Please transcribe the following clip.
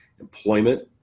employment